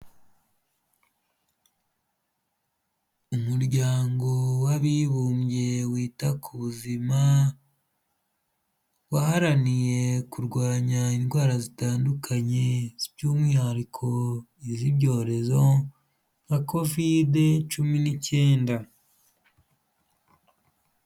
Umuryango w'abibumbye wita ku buzima waharaniye kurwanya indwara zitandukanye by'umwihariko iz'ibyorezo nka covid cumi n'icyenda.